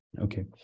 Okay